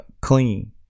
clean